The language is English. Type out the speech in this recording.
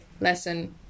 lesson